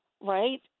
right